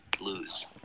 lose